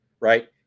Right